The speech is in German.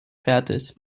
fertig